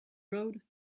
road